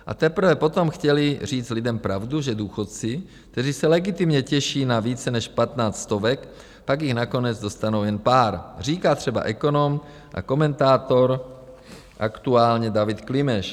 A teprve potom chtěli říct lidem pravdu, že důchodci, kteří se legitimně těší na více než patnáct stovek, pak jich nakonec dostanou jen pár, říká třeba ekonom a komentátor Aktuálně David Klimeš.